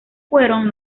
fueron